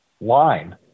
line